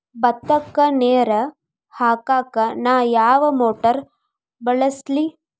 ಭತ್ತಕ್ಕ ನೇರ ಹಾಕಾಕ್ ನಾ ಯಾವ್ ಮೋಟರ್ ಬಳಸ್ಲಿ?